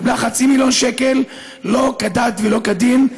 קיבלה חצי מיליון שקל לא כדת ולא כדין,